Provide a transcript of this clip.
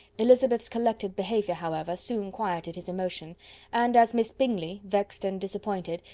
elizabeth's collected behaviour, however, soon quieted his emotion and as miss bingley, vexed and disappointed,